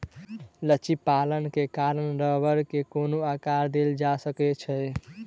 लचीलापन के कारण रबड़ के कोनो आकर देल जा सकै छै